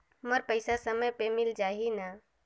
मोर पइसा समय पे मिल जाही न?